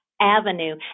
avenue